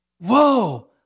whoa